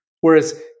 whereas